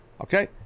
Okay